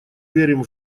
верим